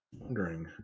wondering